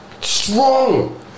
Strong